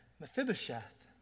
Mephibosheth